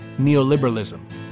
neoliberalism